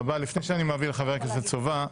לפני שאני מעביר את רשות הדיבור לחבר הכנסת סובה,